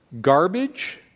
garbage